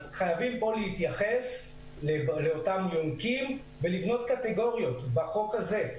אז חייבים להתייחס לאותם יונקים ולבנות קטגוריות בחוק הזה,